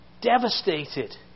devastated